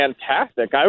fantastic